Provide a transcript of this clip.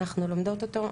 אנחנו לומדות אותו,